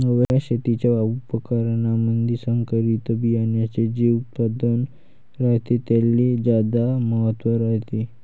नव्या शेतीच्या परकारामंधी संकरित बियान्याचे जे उत्पादन रायते त्याले ज्यादा महत्त्व रायते